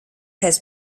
has